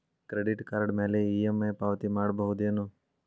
Credit card ಮ್ಯಾಲೆ EMI ಪಾವತಿ ಮಾಡ್ಬಹುದೇನು?